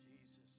Jesus